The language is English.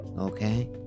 okay